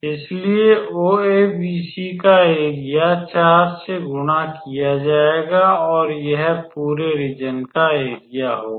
इसलिए OABC का area 4 से गुणा किया जाएगा और यह पूरे रीज़न का एरिया होगा